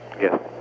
Yes